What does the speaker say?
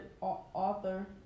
author